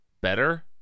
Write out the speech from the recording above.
better